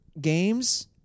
games